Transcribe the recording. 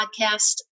podcast